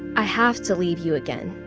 i have to leave you again.